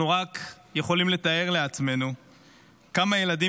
אנחנו רק יכולים לתאר לעצמנו כמה ילדים